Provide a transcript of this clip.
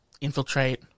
infiltrate